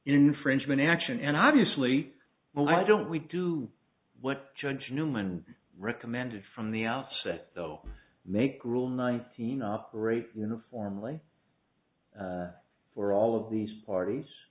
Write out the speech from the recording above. infringement action and obviously well why don't we do what judge newman recommended from the outset though make rule nine seen operate uniformly for all of these parties